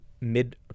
mid